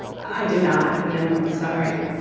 i do not, no. sorry.